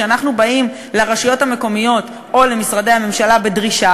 כשאנחנו באים לרשויות המקומיות או למשרדי הממשלה בדרישה